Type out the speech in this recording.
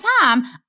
time